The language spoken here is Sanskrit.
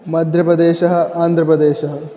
मध्यप्रदेशः आन्ध्रप्रदेशः